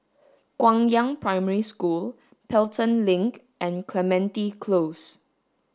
Guangyang Primary School Pelton Link and Clementi Close